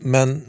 Men